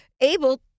able